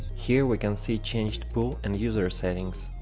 here we can see changed pool and user settings